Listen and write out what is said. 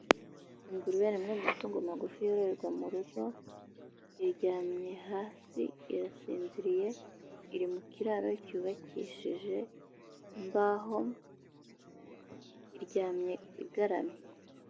Ingurube ni imwe amatungo magufi yororerwa mu rugo, iryamye hasi irasinziriye, iri mu kiraro cyubakishije imbaho, iryamye igaramye.